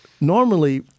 normally